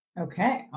Okay